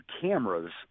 cameras